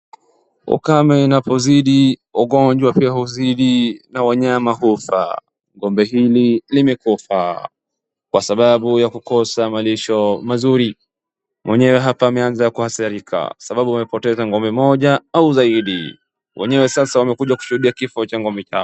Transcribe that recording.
Ukame inapozidi, ugonjwa pia huzidi na wanyama hufa. Ng'ombe hili limekufa kwa sababu ya kukosa malisho mazuri, mwenyewe hapa ameanza kuathirika sababu amepoteza ng'ombe moja au zaidi. Wenye sasa wamekuja kushuhudia kifo cha ng'ombe zao.